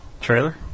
trailer